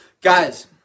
Guys